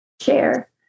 Share